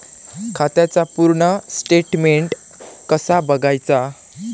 खात्याचा पूर्ण स्टेटमेट कसा बगायचा?